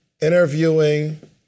interviewing